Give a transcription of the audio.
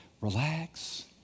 relax